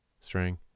string